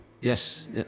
Yes